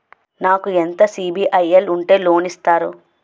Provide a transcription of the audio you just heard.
నాకు ఎంత సిబిఐఎల్ ఉంటే లోన్ ఇస్తారు?